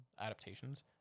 adaptations